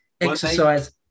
exercise